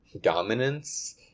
dominance